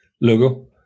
logo